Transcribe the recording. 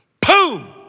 Boom